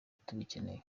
tubikeneye